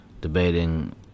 Debating